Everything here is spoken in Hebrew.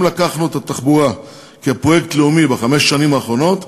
אם לקחנו את התחבורה כפרויקט לאומי בחמש השנים האחרונות,